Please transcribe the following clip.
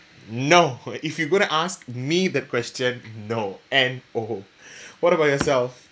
no if you going to ask me the question no N O what about yourself